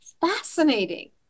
fascinating